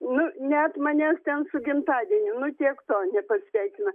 nu net manęs ten su gimtadieniu nu tiek to nepasveikina